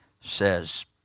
says